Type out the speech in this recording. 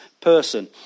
person